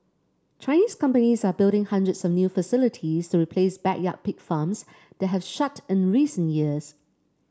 Chinese companies are building hundreds of new facilities to replace backyard pig farms that have shut in recent years